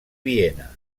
viena